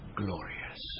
glorious